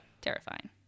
Terrifying